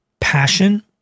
passion